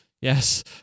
Yes